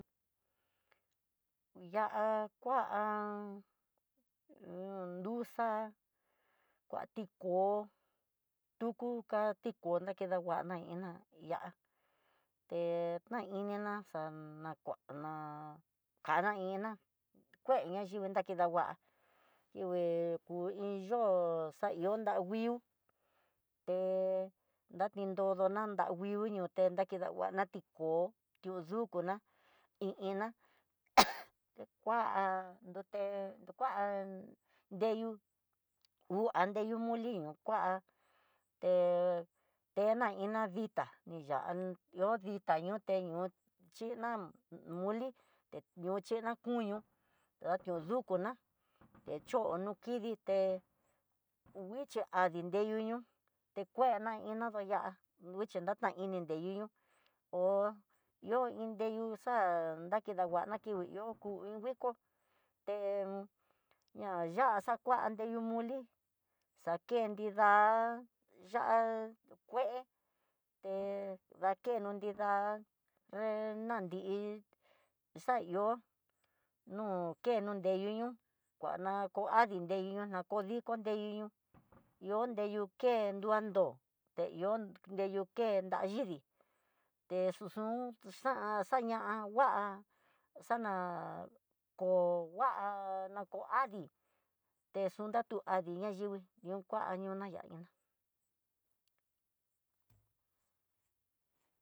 Ya'á kuan, nruxa kua tiko'o tuku ha tikone kidangua iná ihá té taininá xana kuanó kada iná kue ña yu kidauá, kingui kú iin yo'ó, xain naviú té natindoná naguió ñoté nakinguana tiko ñuú dukuna iná ¡ajan! Kua'a he kuá deyú, kua deyu molino kúa te'ena dena ditá niya ñote ñoo xhina moli ñoo xhina koño, natió dukuná dechodo no kidité nguixhi adii nreyu ñoo, tekuena iná noya'aá nguixhi xataini nuyó ho ihó iin deyu xa dakidanguana kivi ihó ku iin nguiko en na yaá xakua nreyu, moli xaken nrida'a ya'á kué té dakeno nrida, nre dandí xa ihó no kenó nreyú ñoo kuana ko adi nreyu kodiko nreyuno ihó nreyu ké duandó ta hó nreyu ke nrá yeli té xuxun té xaña kuan xana ho ngua na ko adí té xu tatu nayivii ñoo va nayali.